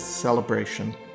celebration